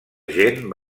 gent